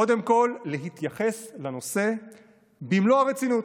קודם כול להתייחס לנושא במלוא הרצינות.